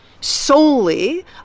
solely